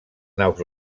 naus